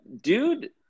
dude